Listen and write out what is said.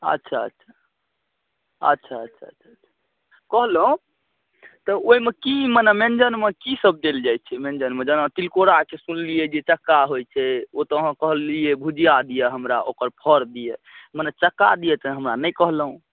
अच्छा अच्छा अच्छा अच्छा अच्छा कहलहुँ तऽ ओहिमे की माने मेंजन मे की सब देल जाइत छै मेंजनमे जेना तिलकोरा सुनलियै जे चक्का होयत छै ओ तऽ अहाँ कहलियै भुजिआ दिअ हमरा ओकर फड़ऽ दिअ मने चक्का दिअ तऽ हमरा नहि कहलहुँ